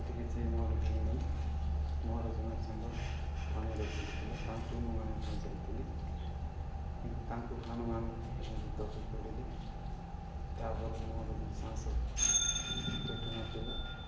ଏଠି କିଛି ମୋର ହୋଇନାଇଁ ମୋର ଜଣେ ସାଙ୍ଗ ପାଣିରେ ବୁଡ଼ିଥିଲା ତାଙ୍କୁ ମୁଁ ଆଣିବା ପାଇଁ ଯାଇଥିଲି କିନ୍ତୁ ତାଙ୍କୁ ହାଣୁ ହାଣୁ ମୁଁ ବି ତାକି ପଡ଼ିଲି ତାପରେ ମୋର ବି ସାହସ ଫିଟୁ ନଥିଲା